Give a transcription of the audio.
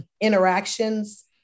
interactions